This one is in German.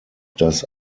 das